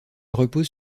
repose